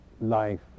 life